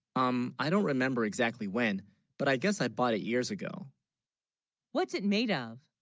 um i don't remember exactly, when but i guess i bought it years, ago what's it made of?